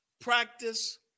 practice